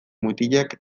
mutilek